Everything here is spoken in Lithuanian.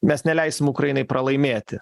mes neleisim ukrainai pralaimėti